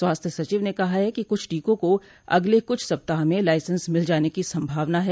स्वास्थ्य सचिव ने कहा कि कुछ टीकों को अगले कुछ सप्ताह में लाइसेंस मिल जाने की सभावना है